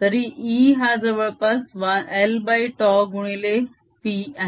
तरी E हा जवळपास lτ गुणिले p आहे